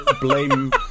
blame